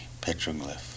petroglyph